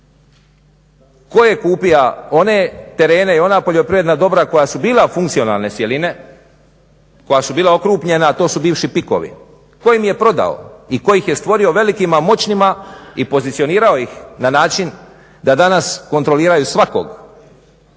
tko je kupio one terene i ona poljoprivredna dobra koja su bila funkcionalne cjeline, koja su bila okrupnjena a to su bivši pikovi, tko im je prodao i tko ih je stvorio velikima, moćnima i pozicionirao ih na način da danas kontroliraju svakog